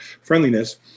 friendliness